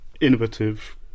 innovative